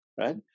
right